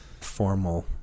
formal